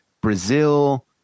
Brazil